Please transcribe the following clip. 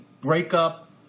breakup